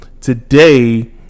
today